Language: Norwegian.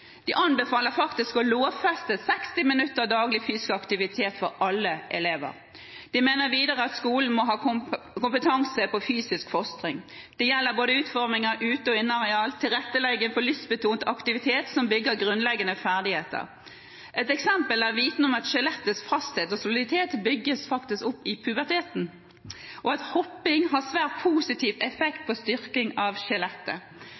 De anbefaler faktisk å lovfeste 60 minutter daglig fysisk aktivitet for alle elever. De mener videre at skolen må ha kompetanse på fysisk fostring. Det gjelder utforming av både ute- og inneareal og tilrettelegging for lystbetont aktivitet som bygger grunnleggende ferdigheter. Et eksempel er viten om at skjelettets fasthet og soliditet bygges opp i puberteten, og at hopping har svært positiv effekt på styrking av skjelettet.